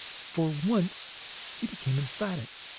for once he became emphatic.